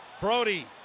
Brody